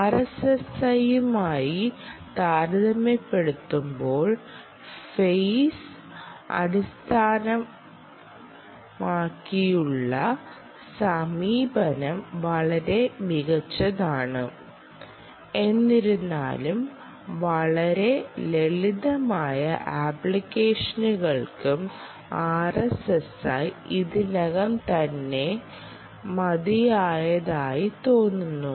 ആർഎസ്എസ്ഐയുമായി താരതമ്യപ്പെടുത്തുമ്പോൾ ഫെയ്സ് അടിസ്ഥാനമാക്കിയുള്ള സമീപനം വളരെ മികച്ചതാണ് എന്നിരുന്നാലും വളരെ ലളിതമായ ആപ്ലിക്കേഷനുകൾക്കും ആർഎസ്എസ്ഐ ഇതിനകം തന്നെ മതിയായതായി തോന്നുന്നു